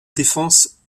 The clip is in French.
défense